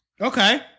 Okay